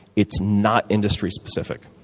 it's not industry specific,